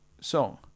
song